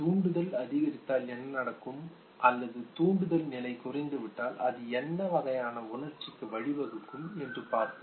தூண்டுதல் அதிகரித்தால் என்ன நடக்கும் அல்லது தூண்டுதல் நிலை குறைந்துவிட்டால் அது எந்த வகையான உணர்ச்சிக்கு வழிவகுக்கும் என்று பார்ப்போம்